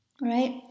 right